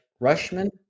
Rushman